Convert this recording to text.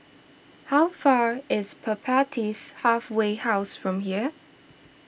how far is Halfway House from here